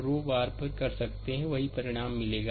रो वार आप भी कर सकते हैं आपको वही परिणाम मिलेगा